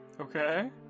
Okay